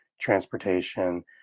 transportation